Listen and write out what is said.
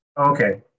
Okay